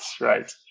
Right